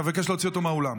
אני מבקש להוציא אותו מהאולם.